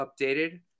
updated